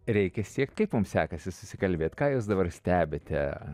reikia siekti kaip mums sekasi susikalbėt ką jūs dabar stebite